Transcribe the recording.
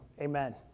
amen